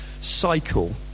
cycle